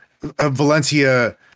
Valencia